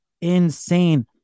insane